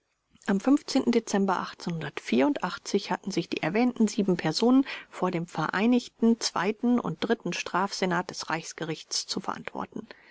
am dezember hatten sich die erwähnten sieben personen vor dem vereinigten zweiten und dritten strafsenat des reichsgerichts zu verantworten